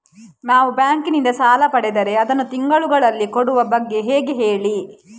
ನಾವು ಬ್ಯಾಂಕ್ ನಿಂದ ಸಾಲ ಪಡೆದರೆ ಅದನ್ನು ತಿಂಗಳುಗಳಲ್ಲಿ ಕೊಡುವ ಬಗ್ಗೆ ಹೇಗೆ ಹೇಳಿ